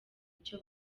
icyo